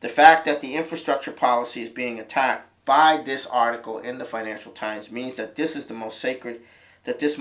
the fact that the infrastructure policy is being attacked by this article in the financial times means that this is the most sacred that this